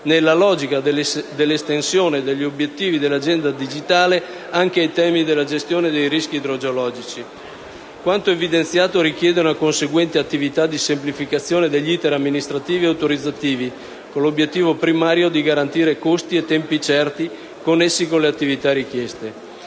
nella logica dell'estensione degli obiettivi dell'Agenda digitale anche ai temi della gestione dei rischi idrogeologici. Quanto evidenziato richiede una conseguente attività di semplificazione degli *iter* amministrativi e autorizzativi, con l'obiettivo primario di garantire costi e tempi certi connessi con le attività richieste.